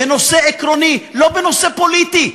בנושא עקרוני, לא בנושא פוליטי.